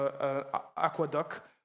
aqueduct